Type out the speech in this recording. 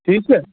ٹھیٖک چھا